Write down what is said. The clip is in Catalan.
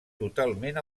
totalment